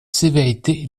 sévérité